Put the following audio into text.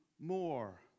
more